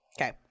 Okay